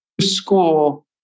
school